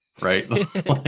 Right